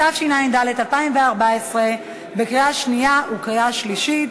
התשע"ד 2014 קריאה שנייה וקריאה שלישית.